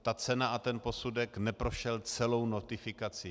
Ta cena a ten posudek neprošel celou notifikací.